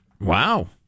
Wow